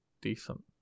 decent